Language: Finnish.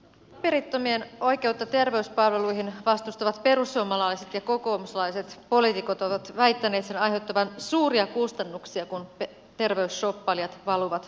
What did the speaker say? paperittomien oikeutta terveyspalveluihin vastustavat perussuomalaiset ja kokoomuslaiset poliitikot ovat väittäneet sen aiheuttavan suuria kustannuksia kun terveysshoppailijat valuvat maahan